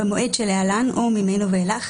במועד שלהלן או ממנו ואילך,